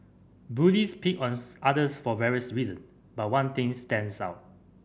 bullies pick on others for various reason but one thing stands out